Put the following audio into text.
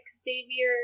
Xavier